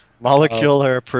Molecular